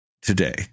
today